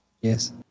Yes